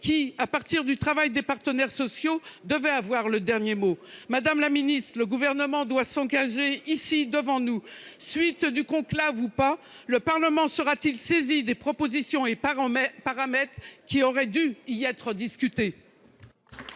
qui, à partir du travail des partenaires sociaux, devait avoir le dernier mot ? Madame la ministre, le Gouvernement doit s’engager ici, devant nous : poursuite ou non du conclave, le Parlement sera t il saisi des propositions et paramètres qui auraient dû y être discutés ?